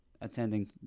attending